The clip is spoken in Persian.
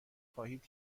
خواهید